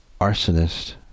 arsonist